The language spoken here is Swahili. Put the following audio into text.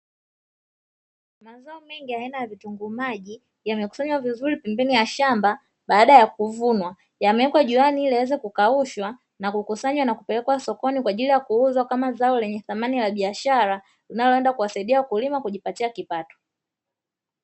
Mazao mengi aina ya vitunguu maji yamekusanywa vizuri pembeni ya shamba baada ya kuvunwa, yamewekwa juani ili yaweze kukaushwa na kukusanywa na kupelekwa sokoni kwa ajili ya kuuzwa kama zao lenye thamani la biashara linaloenda kuwasaidia wakulima kujipatia kipato.